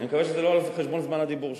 אני מקווה שזה לא על חשבון זמן הדיבור שלי.